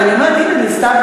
אבל אני אומרת לסתיו,